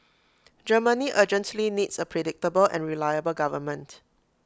Germany urgently needs A predictable and reliable government